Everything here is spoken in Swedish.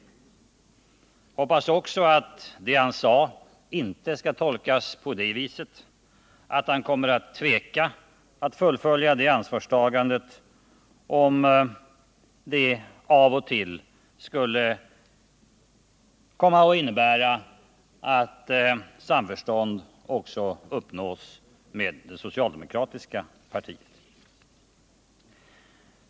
Jag hoppas också att det han sade inte skall tolkas på det viset att han kommer att tveka när det gäller att fullfölja det ansvarstagandet, om det av och till skulle komma att innebära att samförstånd också uppnås med det socialdemokratiska partiet.